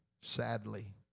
sadly